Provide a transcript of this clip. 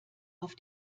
auf